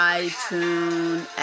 iTunes